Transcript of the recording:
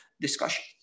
discussion